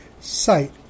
sight